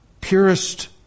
purest